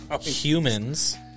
Humans